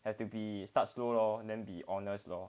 have to be start slow lor then be honest lor